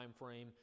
timeframe